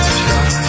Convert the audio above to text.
try